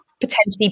Potentially